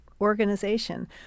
organization